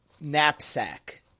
knapsack